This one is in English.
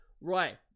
Right